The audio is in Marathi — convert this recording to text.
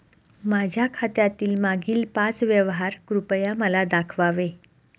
माझ्या खात्यातील मागील पाच व्यवहार कृपया मला दाखवावे